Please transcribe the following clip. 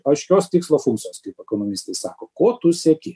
aiškios tikslo funkcijos kaip ekonomistai sako ko tu sieki